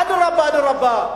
אדרבה ואדרבה.